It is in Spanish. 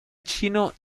chino